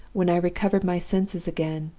when i recovered my senses again,